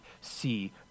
see